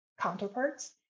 counterparts